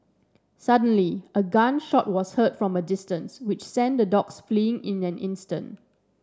suddenly a gun shot was heard from a distance which sent the dogs fleeing in an instant